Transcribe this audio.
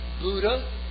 Buddha